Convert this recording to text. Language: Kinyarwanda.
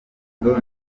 impano